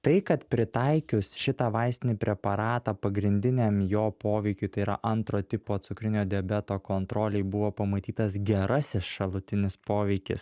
tai kad pritaikius šitą vaistinį preparatą pagrindiniam jo poveikiui tai yra antro tipo cukrinio diabeto kontrolei buvo pamatytas gerasis šalutinis poveikis